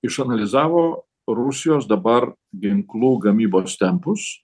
išanalizavo rusijos dabar ginklų gamybos tempus